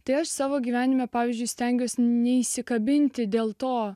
ties savo gyvenime pavyzdžiui stengiuosi neįsikabinti dėl to